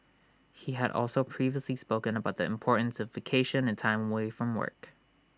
he had also previously spoken about the importance of vacation and time away from work